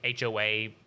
HOA